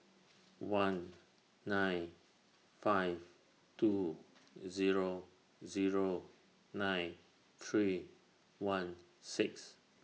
one nine five two Zero Zero nine three one six